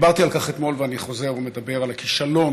דיברתי על כך אתמול ואני חוזר ומדבר על הכישלון